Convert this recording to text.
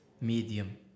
medium